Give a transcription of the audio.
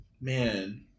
man